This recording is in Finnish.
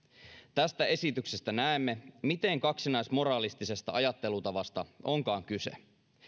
tästä esityksestä näemme miten kaksinaismoralistisesta ajattelutavasta onkaan kyse